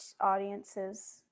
audiences